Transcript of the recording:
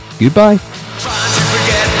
goodbye